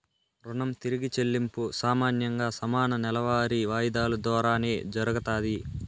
రుణం తిరిగి చెల్లింపు సామాన్యంగా సమాన నెలవారీ వాయిదాలు దోరానే జరగతాది